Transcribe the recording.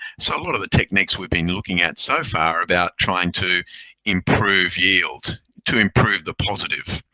so a lot of the techniques we've been looking at so far about trying to improve yield, to improve the positive.